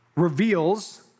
reveals